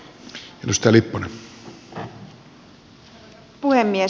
arvoisa puhemies